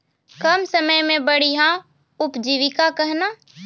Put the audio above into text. कम समय मे बढ़िया उपजीविका कहना?